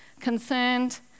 concerned